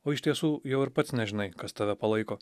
o iš tiesų jau ir pats nežinai kas tave palaiko